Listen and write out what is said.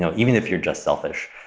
so even if you're just selfish,